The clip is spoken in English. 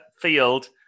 field